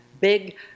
big